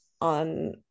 on